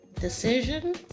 decision